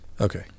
okay